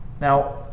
Now